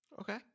Okay